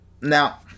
Now